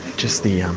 just the. um